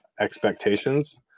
expectations